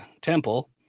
temple